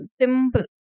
Simple